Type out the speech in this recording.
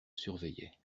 surveillait